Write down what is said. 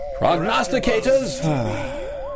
Prognosticators